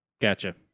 Gotcha